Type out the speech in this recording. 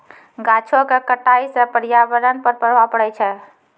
गाछो क कटाई सँ पर्यावरण पर प्रभाव पड़ै छै